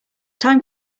time